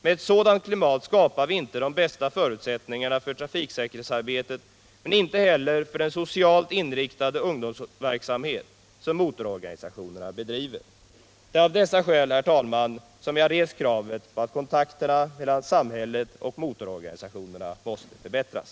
Ett sådant klimat skapar inte de bästa förutsättningarna för trafiksäkerhetsarbetet, liksom inte heller för den socialt inriktade ungdomsverksamhet som motororganisationerna bedriver. Det är av dessa skäl, herr talman, som jag rest kravet att kontakterna mellan samhället och motororganisationerna måste förbättras.